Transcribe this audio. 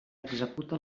executa